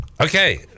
okay